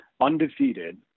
undefeated